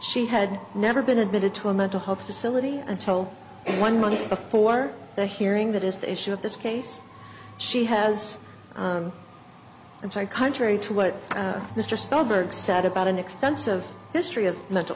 she had never been admitted to a mental health facility until one month before the hearing that is the issue of this case she has i'm sorry contrary to what mr spellberg said about an extensive history of mental